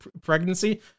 pregnancy